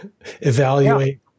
evaluate